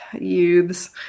youths